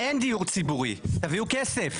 אין דיור ציבורי, תביאו כסף.